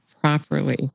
properly